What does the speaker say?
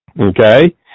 Okay